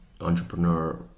entrepreneur